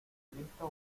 visto